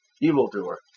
evildoer